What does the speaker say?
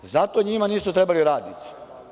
Zato njima nisu trebali radnici.